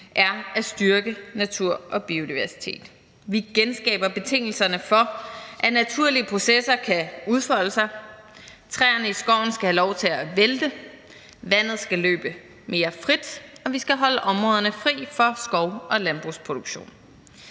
er at styrke natur og biodiversitet. Vi genskaber betingelserne for, at naturlige processer kan udfolde sig. Træerne i skoven skal have lov til at vælte, vandet skal løbe mere frit, og vi skal holde områderne fri for skov- og landbrugsproduktion.